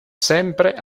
sempre